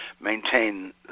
maintain